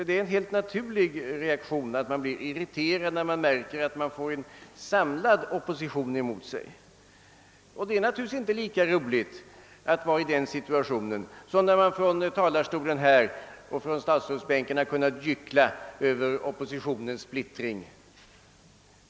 Det är en helt naturlig reaktion att man blir irriterad när man märker att man får en samlad opposition emot sig, och det är naturligtvis inte lika roligt att vara i den situationen som det varit när man från talarstolen och statsrådsbänken kunnat gyckla över oppositionens splittring.